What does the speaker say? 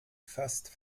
fast